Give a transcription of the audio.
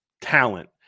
talent